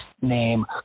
name